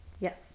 Yes